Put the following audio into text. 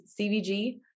CVG